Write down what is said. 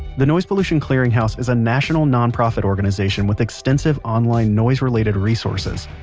the noise pollution clearinghouse is a national non-profit organization with extensive online noise related resources.